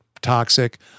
toxic